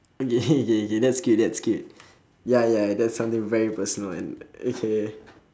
okay K K that's cute that's cute ya ya that's something very personal and okay